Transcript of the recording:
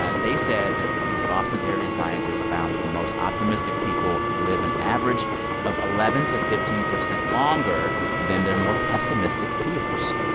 they said that these boston-area scientists found that the most optimistic people live an average of eleven to fifteen percent longer than their more pessimistic peers.